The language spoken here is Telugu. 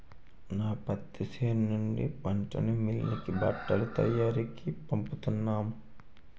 నా పత్తి చేను నుండి పంటని మిల్లుకి బట్టల తయారికీ పంపుతున్నాం